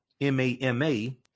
m-a-m-a